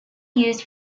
used